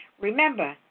Remember